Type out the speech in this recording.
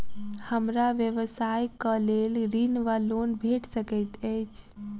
हमरा व्यवसाय कऽ लेल ऋण वा लोन भेट सकैत अछि?